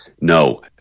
No